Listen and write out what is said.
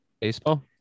Baseball